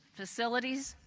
facilities,